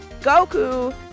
goku